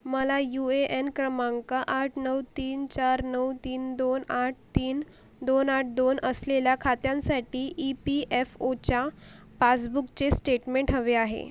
मला U A N क्रमांक आठ नऊ तीन चार नऊ तीन दोन आठ तीन दोन आठ दोन असलेल्या खात्यांसाठी ई पी एफ ओच्या पासबुकचे स्टेटमेंट हवे आहे